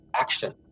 action